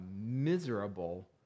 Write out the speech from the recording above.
miserable